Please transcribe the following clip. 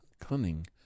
cunning